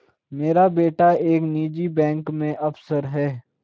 मेरा बेटा एक निजी बैंक में अफसर है